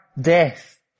death